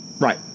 Right